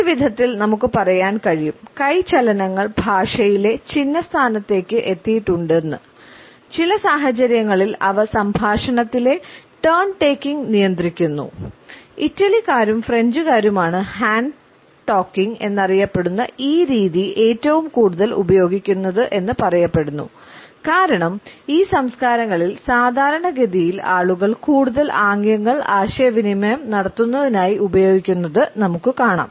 ഒരു വിധത്തിൽ നമുക്ക് പറയാൻ കഴിയും കൈ ചലനങ്ങൾ ഭാഷയിലെ ചിഹ്നന സ്ഥാനത്തേക്ക് എത്തിയിട്ടുണ്ടെന്ന് ചില സാഹചര്യങ്ങളിൽ അവ സംഭാഷണത്തിലെ ടേൺ ടേക്കിംഗ് എന്നറിയപ്പെടുന്ന ഈ രീതി ഏറ്റവും കൂടുതൽ ഉപയോഗിക്കുന്നത് എന്ന് പറയപ്പെടുന്നു കാരണം ഈ സംസ്കാരങ്ങളിൽ സാധാരണഗതിയിൽ ആളുകൾ കൂടുതൽ ആംഗ്യങ്ങൾ ആശയവിനിമയം നടത്തുന്നതിനായി ഉപയോഗിക്കുന്നത് കാണാം